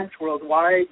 worldwide